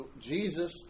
Jesus